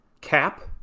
cap